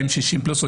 70 פלוס?